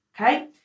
okay